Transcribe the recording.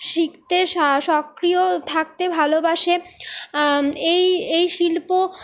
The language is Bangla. শিখতে সা সক্রিয় থাকতে ভালোবাসে এই এই শিল্প